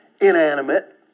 inanimate